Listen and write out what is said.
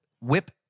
whip